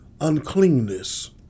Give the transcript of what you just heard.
uncleanness